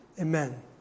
amen